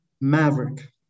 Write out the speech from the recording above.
Maverick